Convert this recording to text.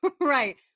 Right